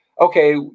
okay